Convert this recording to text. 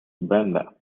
brenda